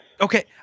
Okay